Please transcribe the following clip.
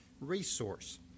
resource